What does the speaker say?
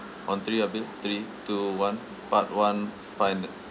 on three ah bill three two one part one finance